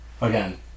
Again